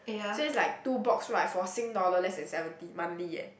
so it's like two box right for Sing dollar less than seventy monthly eh